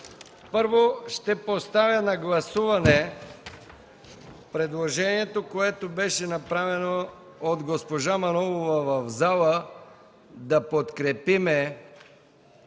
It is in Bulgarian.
първо, ще поставя на гласуване предложението, което беше направено от госпожа Манолова в залата – да подкрепим